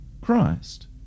Christ